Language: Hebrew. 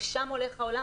לשם הולך העולם,